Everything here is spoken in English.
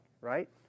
right